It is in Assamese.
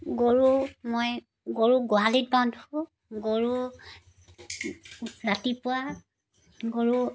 গৰু মই গৰু গোহালিত বান্ধো গৰু ৰাতিপুৱা গৰু